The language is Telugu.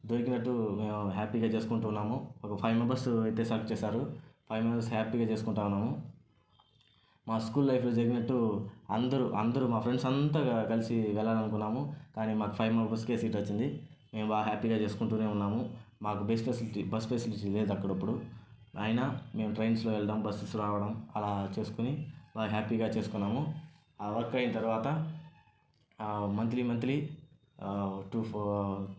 దొరికినట్టు మేము హ్యాపీగా చేసుకుంటున్నాము ఒక ఫైవ్ మెంబర్స్ అయితే సెలెక్ట్ చేశారు ఫైవ్ మెంబర్స్ హ్యాపీగా చేసుకుంటున్నాము మా స్కూల్ లైఫ్లో జరిగినట్టు అందరూ అందరూ మా ఫ్రెండ్స్ అంతా కలసి వెళ్ళాలి అనుకున్నాము కానీ మా ఫైవ్ మెంబర్స్కే సీటు వచ్చింది మేము బాగా హ్యాపీగా చేసుకుంటూనే ఉన్నాము మాకు బస్సు ఫెసిలిటీ బస్సు ఫెసిలిటీ లేదు అప్పుడు అయినా మేము ట్రైన్స్లో వెళ్దాం బస్సెస్లో వెళ్లి రావడం అలా రావడం చేసుకొని వర్క్ హ్యాపీగా చేసుకున్నాము ఆ వర్క్ అయిన తర్వాత ఆ మంత్లి మంత్లి టు ఫోర్